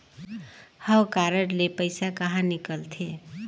हव कारड ले पइसा कहा निकलथे?